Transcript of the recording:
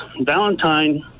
Valentine